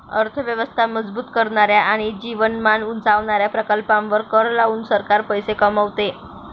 अर्थ व्यवस्था मजबूत करणाऱ्या आणि जीवनमान उंचावणाऱ्या प्रकल्पांवर कर लावून सरकार पैसे कमवते